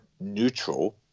neutral